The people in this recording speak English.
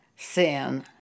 Sin